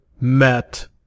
met